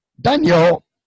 Daniel